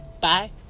Bye